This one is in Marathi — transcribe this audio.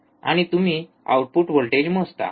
आणि तुम्ही आउटपुट व्होल्टेज मोजता